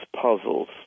puzzles